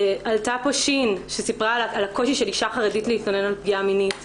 עלתה פה ש' שסיפרה על הקושי של אישה חרדית להתלונן על פגיעה מינית.